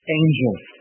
angels